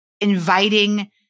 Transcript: inviting